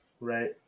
right